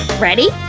ready?